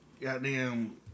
goddamn